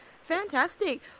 fantastic